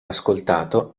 ascoltato